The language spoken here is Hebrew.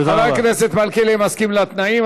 חבר הכנסת מלכיאלי מסכים לתנאים.